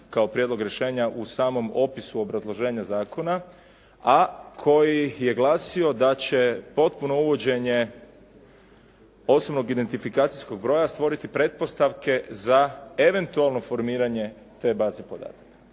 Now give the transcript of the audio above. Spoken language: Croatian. kao prijedlog rješenja u samom opisu obrazloženja zakona, a koji je glasio da će potpuno uvođenje osobnog identifikacijskog broja stvoriti pretpostavke za eventualno formiranje te baze podataka.